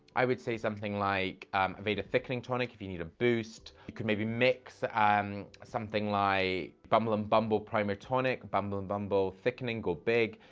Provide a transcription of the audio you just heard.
i would say something like aveda thickening tonic if you need a boost. you could maybe mix um something like bumble and bumble primer tonic, bumble and bumble thickening go big,